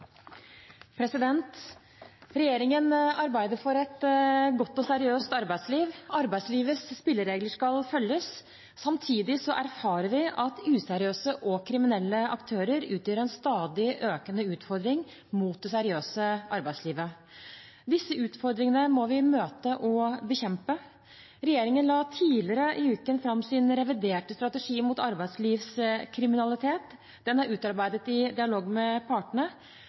Regjeringen arbeider for et godt og seriøst arbeidsliv. Arbeidslivets spilleregler skal følges. Samtidig erfarer vi at useriøse og kriminelle aktører utgjør en stadig økende utfordring mot det seriøse arbeidslivet. Disse utfordringene må vi møte og bekjempe. Regjeringen la tidligere i uken fram sin reviderte strategi mot arbeidslivskriminalitet. Den er utarbeidet i dialog med partene.